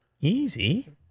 Easy